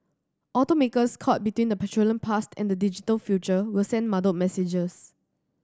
automakers caught between the petroleum past and the digital future will send muddled messages